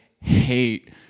hate